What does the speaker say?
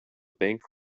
bank